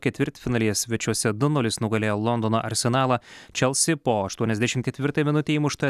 ketvirtfinalyje svečiuose du nulis nugalėjo londono arsenalą čelsi po aštuoniasdešimt ketvirtąją minutę įmuštą